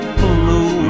blue